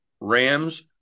Rams